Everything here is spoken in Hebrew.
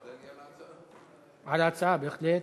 ההצעה, בהחלט,